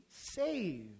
saved